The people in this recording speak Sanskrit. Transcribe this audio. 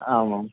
आम् आम्